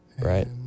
Right